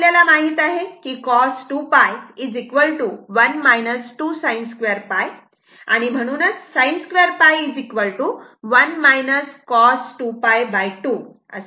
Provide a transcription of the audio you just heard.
आपल्याला माहित आहे की cos 2 1 2 sin 2 म्हणून sin 2 1 cos 2 2 असे येईल